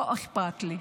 לא אכפת לי.